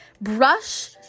brush